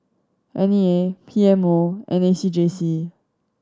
N E A P M O and A C J C